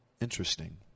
Interesting